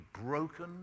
broken